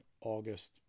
August